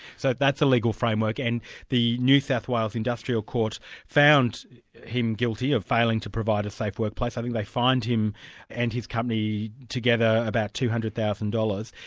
so that's the legal framework, and the new south wales industrial court found him guilty of failing to provide a safe workplace and they fined him and his company together about two hundred thousand dollars.